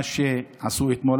מה שעשו אתמול.